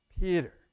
Peter